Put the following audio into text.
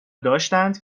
داشتند